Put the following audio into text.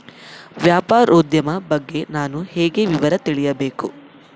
ವ್ಯಾಪಾರೋದ್ಯಮ ಬಗ್ಗೆ ನಾನು ಹೇಗೆ ವಿವರ ತಿಳಿಯಬೇಕು?